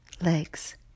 legs